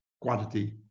quantity